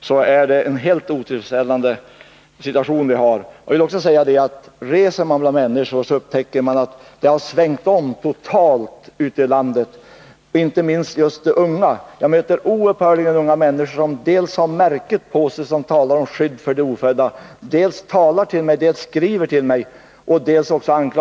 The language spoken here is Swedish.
så är det en helt otillfredsställande situation vi har. Jag vill också säga att om man reser ute bland människor så upptäcker man att det har svängt om totalt ute i landet. Detta gäller inte minst de unga. Jag möter oupphörligen unga människor som dels har märket på sig som talar om skydd för ofödda, dels talar till mig — och även skriver. De anklagar ibland också mig.